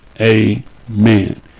amen